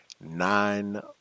nine